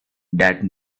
that